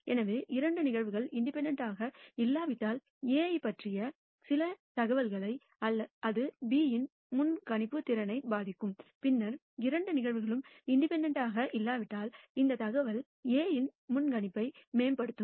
எனவே இரண்டு நிகழ்வுகள் இண்டிபெண்டெண்ட் இல்லாவிட்டால் A ஐப் பற்றிய சில தகவல்களை அது B இன் முன்கணிப்புத் திறனைப் பாதிக்கும் பின்னர் இரண்டு நிகழ்வுகளும் இண்டிபெண்டெண்ட் இல்லாவிட்டால் இந்த தகவல் A இன் முன்கணிப்பை மேம்படுத்தும்